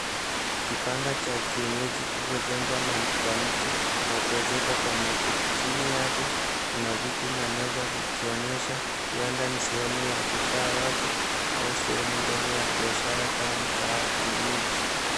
Kibanda cha kienyeji kilichojengwa kwa miti na kuezekwa kwa makuti. Chini yake kuna viti na meza vikionyesha huenda ni sehemu ya kukaa watu au sehemu ndogo ya biashara kama mkahawa wa kienyeji.